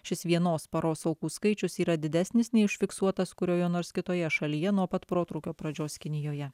šis vienos paros aukų skaičius yra didesnis nei užfiksuotas kurioje nors kitoje šalyje nuo pat protrūkio pradžios kinijoje